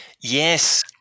yes